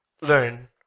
Learn